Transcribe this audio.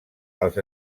als